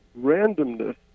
randomness